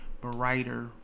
brighter